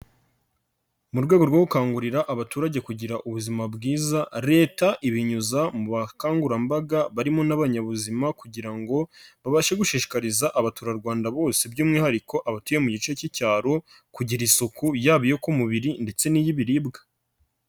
Mu rwego rwo gukangurira abaturage kugira ubuzima bwiza, Leta ibinyuza mu bukangurambaga barimo n'abanyabuzima kugira ngo babashe gushishikariza abaturarwanda bose by'umwihariko abatuye mu gice cy'icyaro, kugira isuku yaba iyo ku mubiri ndetse n'iy'ibiribwa.